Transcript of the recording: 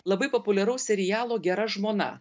labai populiaraus serialo gera žmona